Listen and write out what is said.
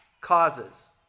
causes